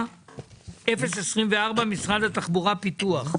79024, משרד התחבורה פיתוח.